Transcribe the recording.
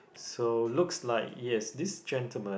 so looks like yes this gentlemen